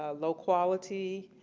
ah low quality,